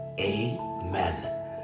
Amen